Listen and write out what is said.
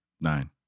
Nine